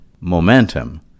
momentum